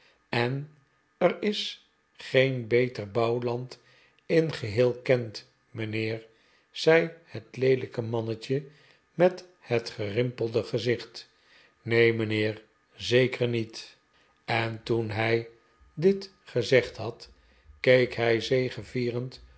en er is geen beter bouwland in geheel kent mijnheer zei het leelijke mannetje met het gerimpelde gezicht neen mijnheer zeker niet en toen hij dit gezegd had keek hij zegevierend